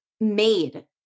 made